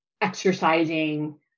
exercising